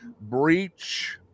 breach